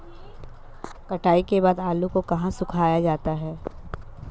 कटाई के बाद आलू को कहाँ सुखाया जाता है?